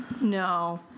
No